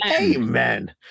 Amen